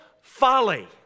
folly